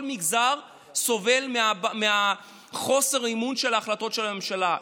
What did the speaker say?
כל מגזר סובל מחוסר האמון בהחלטות של הממשלה.